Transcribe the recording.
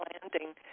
landing